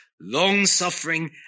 long-suffering